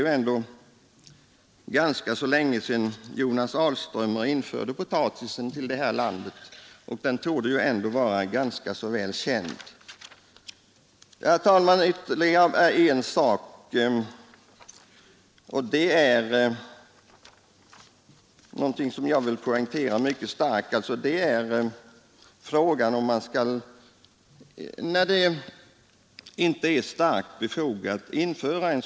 Det var ganska länge sedan Jonas Alströmer införde potatisen i detta land, och varan torde vara ganska väl känd. Herr talman! Bara ytterligare en sak, som jag vill ifrågasätta. Det är klokheten i att införa en kontroll som är svår att följa upp?